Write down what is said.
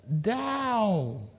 down